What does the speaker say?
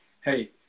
hey